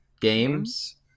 Games